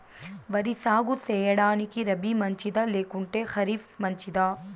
వరి సాగు సేయడానికి రబి మంచిదా లేకుంటే ఖరీఫ్ మంచిదా